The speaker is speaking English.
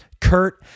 Kurt